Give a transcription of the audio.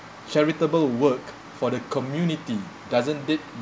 charitable work for the community doesn't it